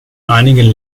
einigen